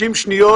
60 שניות,